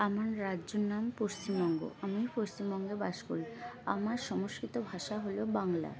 আমার রাজ্যের নাম পশ্চিমবঙ্গ আমি পশ্চিমবঙ্গে বাস করি আমার সংস্কৃতি ভাষা হল বাংলা